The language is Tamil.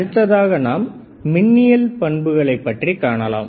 அடுத்ததாக நாம் மின்னியல் பண்புகளைப் பற்றி காணலாம்